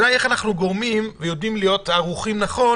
אבל השאלה איך אנחנו יודעים להיות ערוכים נכון